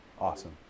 Awesome